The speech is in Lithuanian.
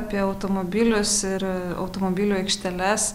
apie automobilius ir automobilių aikšteles